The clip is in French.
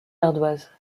ardoise